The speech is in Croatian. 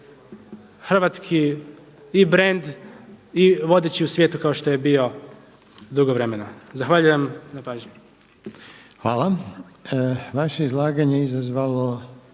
hrvatski i brend i vodeći u svijetu kao što je bio dugo vremena. Zahvaljujem na pažnji. **Reiner, Željko